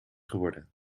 geworden